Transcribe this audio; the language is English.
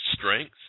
Strength